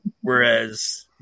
Whereas